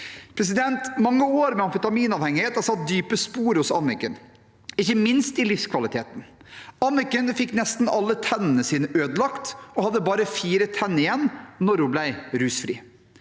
Mange år med amfetaminavhengighet har satt dype spor hos Anniken, ikke minst med tanke på livskvaliteten. Anniken fikk nesten alle tennene sine ødelagt og hadde bare fire tenner igjen da hun ble rusfri.